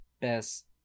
best